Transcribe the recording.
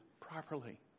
properly